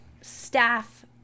staff